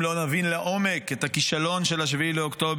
אם לא נבין לעומק את הכישלון של 7 באוקטובר,